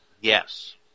yes